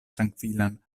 trankvilan